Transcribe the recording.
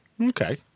Okay